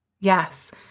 Yes